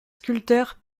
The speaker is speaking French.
sculpteur